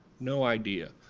no idea.